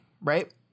Right